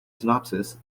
synopsis